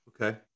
Okay